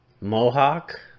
Mohawk